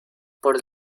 por